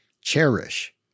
cherish